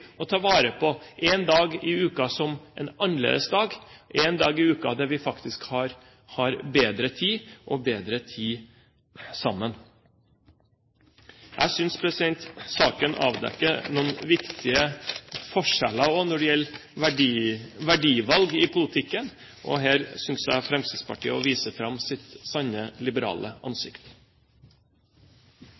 å ta vare på én dag i uken som annerledesdag, én dag i uken da vi faktisk har bedre tid – bedre tid sammen. Jeg synes saken avdekker noen viktige forskjeller også når det gjelder verdivalg i politikken, og her synes jeg Fremskrittspartiet viser sitt sanne liberale ansikt.